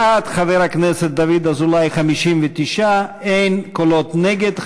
בעד חבר הכנסת דוד אזולאי, 59, אין קולות נגד.